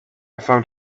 found